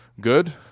good